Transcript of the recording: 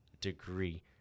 degree